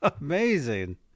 Amazing